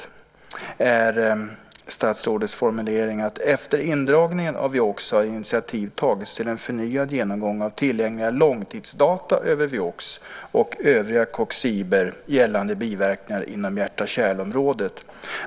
Det gäller statsrådets formulering om att efter indragningen av Vioxx så har initiativ tagits till en förnyad genomgång av tillgängliga långtidsdata över Vioxx och övriga coxiber gällande biverkningar inom hjärt-kärlområdet.